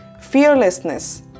fearlessness